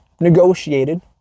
negotiated